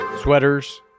sweaters